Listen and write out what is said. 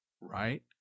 Right